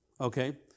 okay